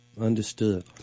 Understood